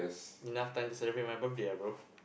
enough time to celebrate my birthday ah bro